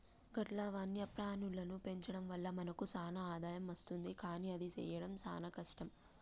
గట్ల వన్యప్రాణుల పెంచడం వల్ల మనకు సాన ఆదాయం అస్తుంది కానీ అది సెయ్యడం సాన కష్టం